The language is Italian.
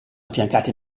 affiancati